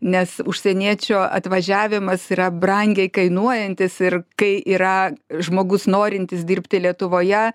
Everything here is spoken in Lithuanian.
nes užsieniečio atvažiavimas yra brangiai kainuojantis ir kai yra žmogus norintis dirbti lietuvoje